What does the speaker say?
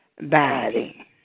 body